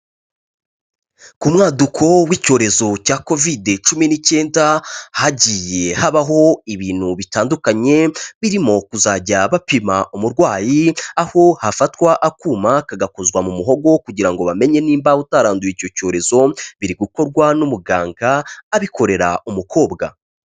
Ku mwaduko w'icyorezo cya kovide cumi n'icyenda hagiye habaho ibintu bitandukanye birimo kuzajya bapima umurwayi aho hafatwa akuma kagakozwa mu muhogo kugira ngo bamenye nimba utaranduye icyo cyorezo biri gukorwa n'umuganga abikorera umukobwa.